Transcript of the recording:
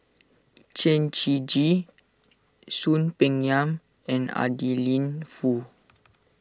Chen Shiji Soon Peng Yam and Adeline Foo